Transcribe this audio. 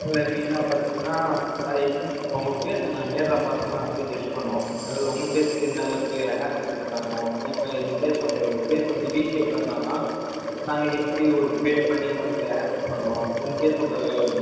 இதில் மெயினாக பார்த்திங்கனா ஐ திங் அவங்க ஃபேஸை நான் நேரில் பார்த்துதான் நாங்கள் வந்து ஜட்ஜ் பண்ணுவோம் அதாவது உங்கள் ஃபேஸ் என்ன அளவுக்கு ஹேர் கட்டிங் கரெக்ட்டாக இருக்கும் இப்போ இன்கேஸ் உங்கள் ஃபேஸ் வந்து வி ஷேப்பில் இருந்தாங்கனால் நாங்கள் எப்படி ஒரு ஷேப் பண்ணி உங்களுக்கு ஹேர் கட் பண்ணணும் இன்கேஸ் உங்கள்